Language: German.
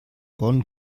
bonn